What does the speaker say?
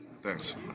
Thanks